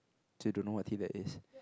till don't know what teeth that is